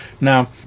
now